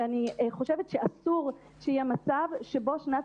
אני חושבת שאסור שיהיה מצב שבו שנת